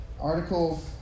article